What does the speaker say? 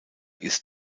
ist